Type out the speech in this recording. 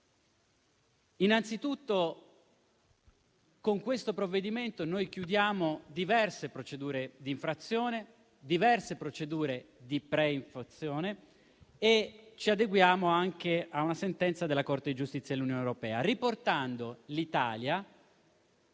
Innanzitutto con questo provvedimento noi chiudiamo diverse procedure di infrazione e di pre-infrazione e ci adeguiamo anche a una sentenza della Corte di giustizia dell'Unione europea, riportando l'Italia